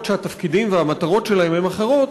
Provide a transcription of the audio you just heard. שהתפקידים והמטרות שלהם הם אחרים,